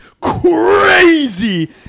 crazy